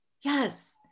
Yes